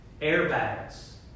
airbags